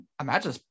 imagine